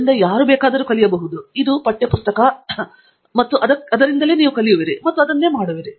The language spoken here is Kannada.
ಇದರಿಂದ ಯಾರು ಬೇಕಾದರೂ ಕಲಿಯಬಹುದು ಇದು ಪಠ್ಯ ಪುಸ್ತಕ ಮತ್ತು ಅದಕ್ಕಾಗಿಯೇ ನೀವು ಕಲಿಯುವಿರಿ ಮತ್ತು ನೀವು ಅದನ್ನೇ ಮಾಡುತ್ತೀರಿ